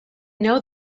know